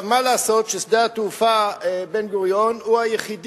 מה לעשות ששדה התעופה בן-גוריון הוא היחיד